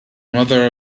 mother